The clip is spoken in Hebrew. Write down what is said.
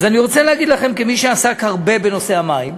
אז אני רוצה להגיד לכם, כמי שעסק הרבה בנושא המים,